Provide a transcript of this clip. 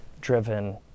driven